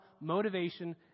motivation